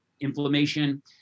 inflammation